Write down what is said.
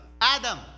Adam